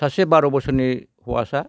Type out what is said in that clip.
सासे बार' बोसोरनि हौवासा